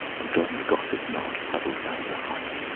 and join the gossip knot huddled around the hearth,